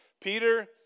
Peter